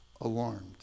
Alarmed